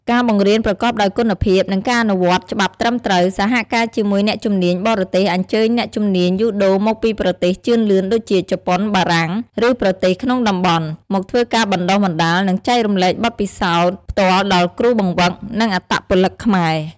ការបង្រៀនប្រកបដោយគុណភាព និងការអនុវត្តច្បាប់ត្រឹមត្រូវ សហការជាមួយអ្នកជំនាញបរទេសអញ្ជើញអ្នកជំនាញយូដូមកពីប្រទេសជឿនលឿនដូចជា ជប៉ុន បារាំង ឬប្រទេសក្នុងតំបន់ មកធ្វើការបណ្តុះបណ្តាល និងចែករំលែកបទពិសោធន៍ផ្ទាល់ដល់គ្រូបង្វឹក និងអត្តពលិកខ្មែរ ។